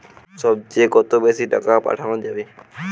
সব চেয়ে কত বেশি টাকা পাঠানো যাবে?